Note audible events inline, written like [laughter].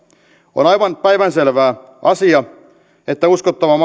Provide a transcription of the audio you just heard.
on aivan päivänselvä asia että uskottavan [unintelligible]